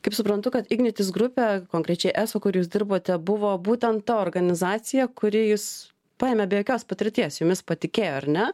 kaip suprantu kad ignitis grupė konkrečiai eso kur jūs dirbote buvo būtent ta organizacija kuri jus paėmė be jokios patirties jumis patikėjo ar ne